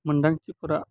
मोनदांथिफोरा